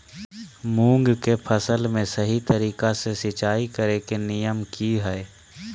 मूंग के फसल में सही तरीका से सिंचाई करें के नियम की हय?